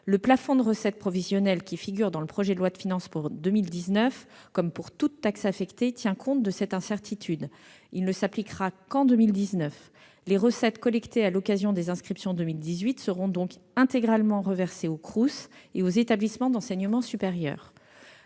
Le plafond de recettes prévisionnelles qui figure dans le projet de loi de finances pour 2019, comme pour toute taxe affectée, tient compte de cette incertitude : il ne s'appliquera qu'en 2019. Les recettes collectées à l'occasion des inscriptions en 2018 seront donc intégralement reversées aux CROUS et aux établissements d'enseignement supérieur.